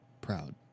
proud